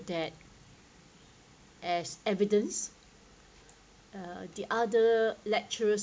that as evidence uh the other lecturers